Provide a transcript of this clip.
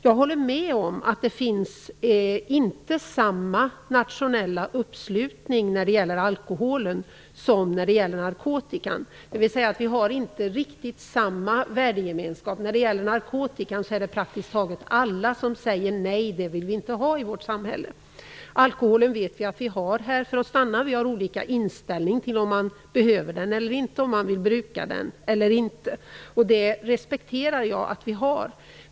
Jag håller med om att det inte finns samma nationella uppslutning när det gäller alkoholen som när det gäller narkotikan. Det är inte fråga om samma värdegemenskap. När det gäller narkotika säger praktiskt taget alla nej till det. Vi vill inte ha narkotika i vårt samhälle. Alkoholen är här för att stanna. Vi har olika inställning till den, om man vill bruka den eller inte. Det respekterar jag att vi har.